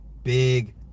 Big